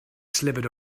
slithered